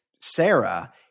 Sarah